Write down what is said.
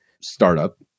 startup